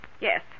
Yes